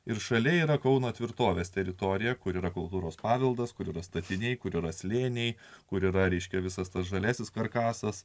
ir šalia yra kauno tvirtovės teritorija kur yra kultūros paveldas kur yra statiniai kur yra slėniai kur yra reiškia visas tas žaliasis karkasas